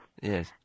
Yes